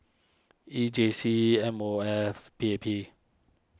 E J C M O F P A P